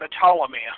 Ptolemy